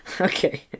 Okay